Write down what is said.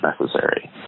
necessary